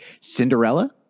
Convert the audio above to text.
Cinderella